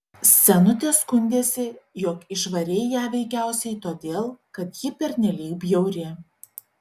senutė skundėsi jog išvarei ją veikiausiai todėl kad ji pernelyg bjauri